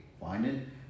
Finding